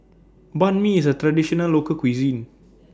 Banh MI IS A Traditional Local Cuisine